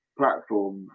platform